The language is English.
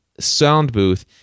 Soundbooth